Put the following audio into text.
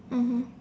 mmhmm